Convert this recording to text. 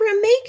make